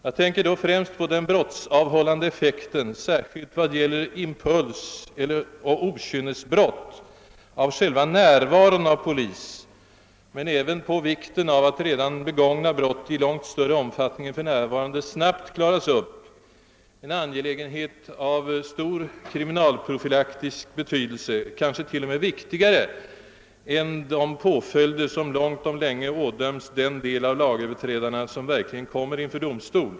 Jag tänker då främst på den brottsavhållande effekten, särskilt vad gäller impulsoch okynnesbrott, av själva närvaron av polis, men även på vikten av att redan begångna brott i långt större omfattning än för närvarande snabbt klaras upp. Detta är en angelägenhet av stor kriminalprofylaktisk betydelse, kanske t.o.m. viktigare än de påföljder, som inte sällan långt om länge ådöms den del av lagöverträdarna, som verkligen kommer inför domstol.